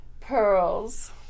pearls